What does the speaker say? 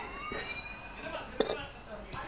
just because do too much then ya